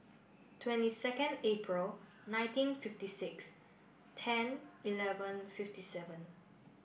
twenty second Apr nineteen fifty six ten eleven fifty seven